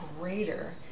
greater